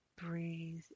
Breathe